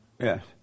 yes